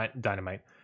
Dynamite